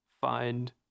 find